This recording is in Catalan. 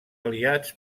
aliats